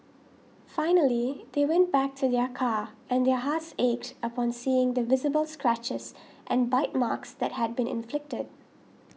finally they went back to their car and their hearts ached upon seeing the visible scratches and bite marks that had been inflicted